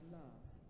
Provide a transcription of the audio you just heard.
loves